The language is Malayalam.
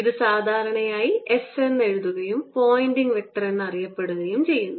ഇത് സാധാരണയായി S എന്ന് എഴുതുകയും പോയിന്റിംഗ് വെക്റ്റർ എന്നറിയപ്പെടുകയും ചെയ്യുന്നു